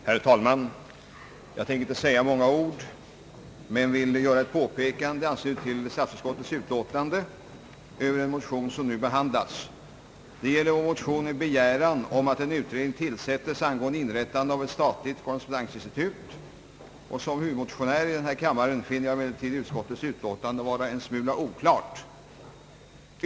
Herr talman! Jag tänker inte säga många ord men vill dock göra ett påpekande i anslutning till statsutskottets utlåtande över de motioner som nu behandlas. Det gäller motioner med begäran om att en utredning tillsättes angående inrättande av ett statligt korrespondensinstitut. Som huvudmotionär i denna kammare finner jag emellertid utskottets utlåtande vara en smula oklart.